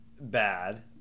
bad